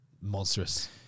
monstrous